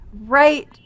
right